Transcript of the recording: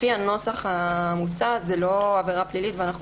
לפי הנוסח המוצע זו לא עבירה פלילית ואנחנו